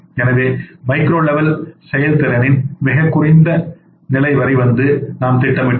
எனவே micro level செயல்திறனின் மிகக் குறைந்த நிலை வரை வந்து நாம் திட்டமிட்டோம்